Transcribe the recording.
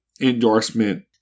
endorsement